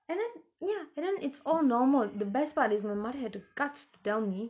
and then ya and then it's all normal the best part is my mother had the guts to tell me